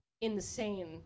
Insane